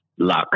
luck